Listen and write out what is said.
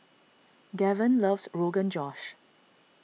Gaven loves Rogan Josh